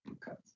cuts